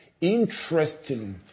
interesting